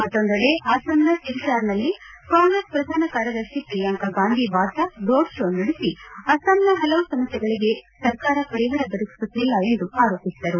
ಮತ್ತೊಂದೆಡೆ ಅಸ್ಸಾಂನ ಸಿಲ್ಚಾರ್ನಲ್ಲಿ ಕಾಂಗ್ರೆಸ್ ಪ್ರಧಾನ ಕಾರ್ಯದರ್ಶಿ ಪ್ರಿಯಾಂಕಾ ಗಾಂಧಿ ವಾದ್ರಾ ರೋಡ್ ಶೋ ನಡೆಸಿ ಅಸ್ನಾಂನ ಹಲವು ಸಮಸ್ನೆಗಳಿಗೆ ಸರ್ಕಾರ ಪರಿಹಾರ ದೊರಕಿಸುತ್ತಿಲ್ಲ ಎಂದು ಆರೋಪಿಸಿದರು